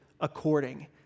according